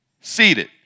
Seated